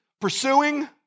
pursuing